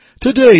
Today